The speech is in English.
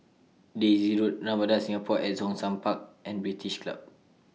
Daisy Road Ramada Singapore At Zhongshan Park and British Club